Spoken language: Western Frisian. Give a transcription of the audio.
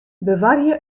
bewarje